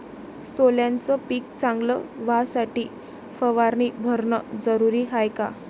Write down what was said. सोल्याचं पिक चांगलं व्हासाठी फवारणी भरनं जरुरी हाये का?